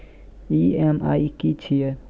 EMI की छिये?